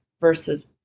versus